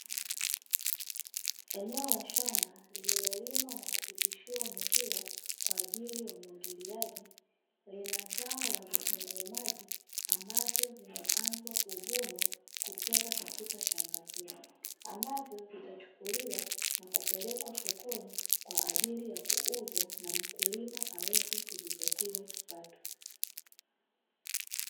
Eneo la shamba lililolimwa na kupitishiwa mipira kwa ajili ya umwagiliaji lina zao la vitunguu maji ambavyo vimeanza kuvunwa kutoka katika shamba hilo, ambavyo vitachukulia na kupelekwa sokoni kwa ajili ya kuuzwa na mkulima aweze kujipatia kipato.